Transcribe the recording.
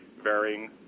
varying